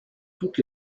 toutes